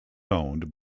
owned